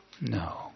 No